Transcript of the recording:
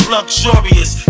Luxurious